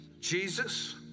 Jesus